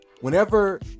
Whenever